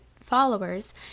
followers